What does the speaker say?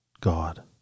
God